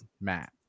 Matt